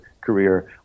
career